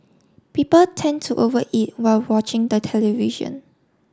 people tend to over eat while watching the television